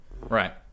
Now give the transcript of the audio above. Right